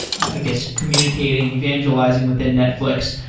i guess, communicating, evangelizing within netflix.